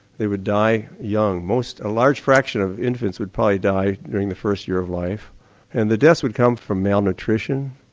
they would die young a large fraction of infants would probably die during the first year of life and the deaths would come from malnutrition,